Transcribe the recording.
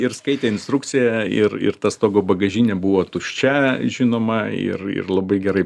ir skaitė instrukciją ir ir ta stogo bagažinė buvo tuščia žinoma ir ir labai gerai